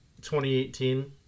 2018